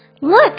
Look